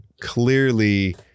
clearly